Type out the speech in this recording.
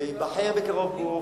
וייבחר בקרוב גוף,